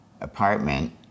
apartment